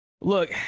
Look